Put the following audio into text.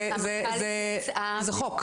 שזה עד אמצע ספטמבר.